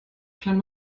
klein